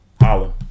Holla